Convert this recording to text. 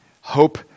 hope